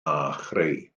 chreu